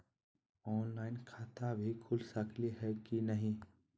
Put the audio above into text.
Online खाता भी खुल सकली है कि नही?